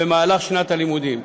במהלך שנת הלימודים,